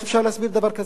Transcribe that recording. איך אפשר להסביר דבר כזה?